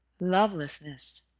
lovelessness